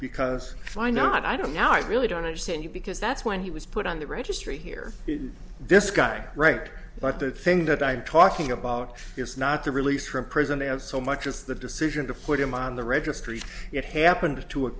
because if i not i don't now i really don't understand you because that's when he was put on the registry here this guy right but the thing that i talking about is not the release from prison they have so much as the decision to put him on the registry it happened to